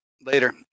Later